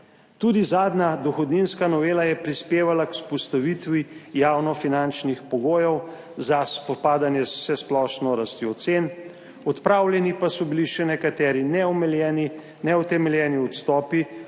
Tudi zadnja dohodninska novela je prispevala k vzpostavitvi javnofinančnih pogojev za spopadanje z vsesplošno rastjo cen, odpravljeni pa so bili še nekateri neutemeljeni odstopi